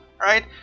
right